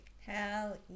hell